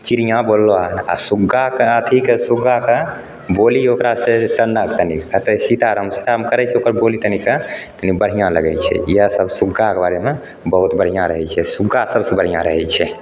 चिड़ियाँ बोललो आ सुग्गाके आ अथीके सुग्गाके बोली ओकरासे जे चन्दक तनी सीताराम सीताराम करैत छै तऽ ओकर बोली तनीसे कनी बढ़िआँ लगैत छै इहए सब सुग्गाकऽ बारेमे बहुत बढ़िआँ रहैत छै सुग्गा सबसे बढ़िआँ रहै छै